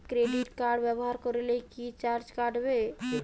Credit card ব্যাবহার করলে কি চার্জ কাটবে?